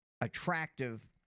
attractive